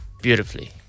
beautifully